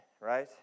right